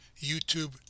YouTube